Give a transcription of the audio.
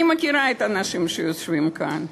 אני מכירה את האנשים שיושבים כאן.